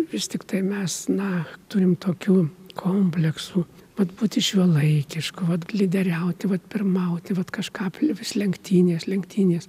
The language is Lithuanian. vis tiktai mes na turim tokių kompleksų kad būti šiuolaikišku vat lyderiauti vat pirmauti vat kažką vis lenktynės lenktynės